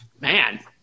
Man